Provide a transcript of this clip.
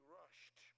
rushed